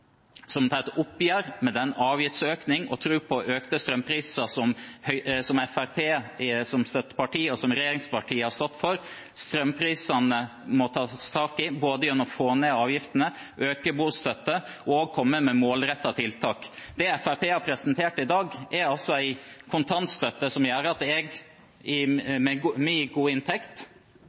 som tar et oppgjør med den avgiftsøkningen og troen på økte strømpriser Fremskrittspartiet som støtteparti og regjeringsparti har stått for. Strømprisene må det tas tak i gjennom både å få ned avgiftene, øke bostøtten og komme med målrettede tiltak. Det Fremskrittspartiet har presentert i dag, er en kontantstøtte som gjør at jeg, med min gode inntekt og relativt sett lave strømutgifter sammenlignet med andre, skal få like mye i